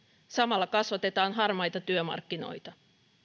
samalla kasvatetaan harmaita työmarkkinoita